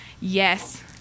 yes